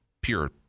pure